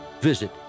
Visit